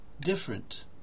different